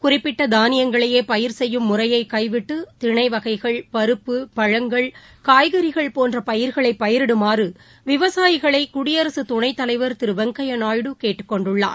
குறிப்பிட்டதானியங்களையேபயிர்செய்யும் முறையைகைவிட்டுதிணைவகைள் பருப்பு பழங்கள் காய்கறிகள் போன்றபயிர்களைபயிரிடுமாறுவிவசாயிகளைகுடியரசுதுணைத் தலைவர் திருவெங்கையநாயுடு கேட்டுக்கொண்டுள்ளார்